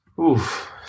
Oof